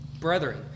Brethren